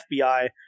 FBI